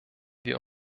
wir